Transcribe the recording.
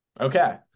Okay